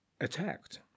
attacked